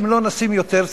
כי הם לא נעשים יותר צעירים.